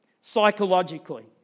psychologically